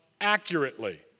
accurately